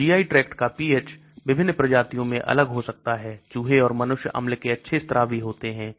तो GI tract का pH विभिन्न प्रजातियों में अलग हो सकता है चूहे और मनुष्य अम्ल के अच्छे स्रावी होते हैं